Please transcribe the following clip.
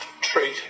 treat